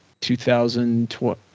2012